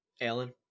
Alan